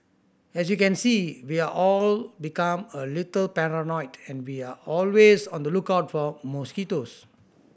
as you can see we're all become a little paranoid and we're always on the lookout for mosquitoes